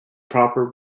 proper